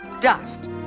dust